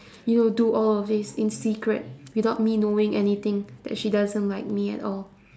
you know do all of this in secret without me knowing anything that she doesn't like me at all